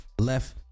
left